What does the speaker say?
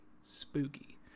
spooky